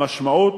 המשמעות,